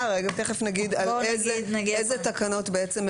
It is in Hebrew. תכף נגיד איזה תקנות הם